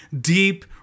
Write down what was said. deep